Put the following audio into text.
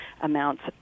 amounts